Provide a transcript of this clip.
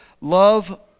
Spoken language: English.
love